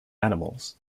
animals